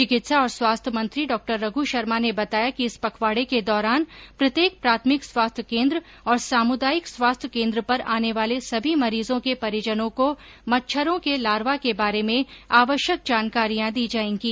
चिकित्सा और स्वास्थ्य मंत्री डॉ रघ् शर्मा ने बताया कि इस पखवाडे के दौरान प्रत्येक प्राथमिक स्वास्थ्य केंद्र और सामुदायिक स्वास्थ्य केंद्र पर आने वाले सभी मरीजों के परिजनों को मच्छरों के लार्वा के बारे में आवश्यक जानकारियां दी जाएंगी